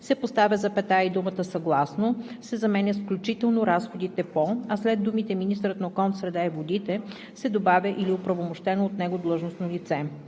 се поставя запетая и думата „съгласно“ се заменя с „включително разходите по“, а след думите „министърът на околната среда и водите“ се добавя „или оправомощено от него длъжностно лице“.